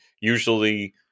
usually